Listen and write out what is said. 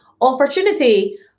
opportunity